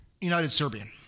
United-Serbian